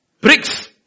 bricks